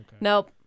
Nope